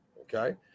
Okay